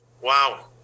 Wow